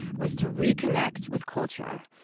was to reconnect with culture.